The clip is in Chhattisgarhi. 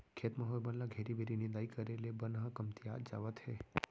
खेत म होए बन ल घेरी बेरी निंदाई करे ले बन ह कमतियात जावत हे